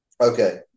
Okay